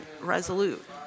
resolute